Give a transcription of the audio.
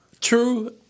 True